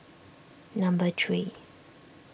number three